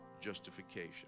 justification